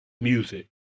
music